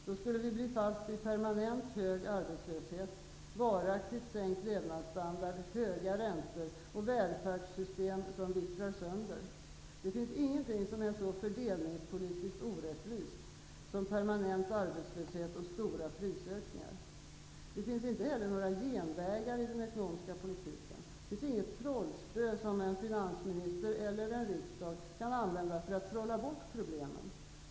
Då skulle vi bli fast i permanent hög arbetslöshet, varaktigt sänkt levnadsstandard, höga räntor och välfärdssystem som vittrar sönder. Det finns ingenting som är så fördelningspolitiskt orättvist som permanent arbetslöshet och stora prisökningar. Det finns inte heller några genvägar i den ekonomiska politiken. Det finns inget trollspö som en finansminister eller en riksdag kan använda för att trolla bort problemen.